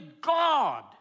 God